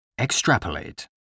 Extrapolate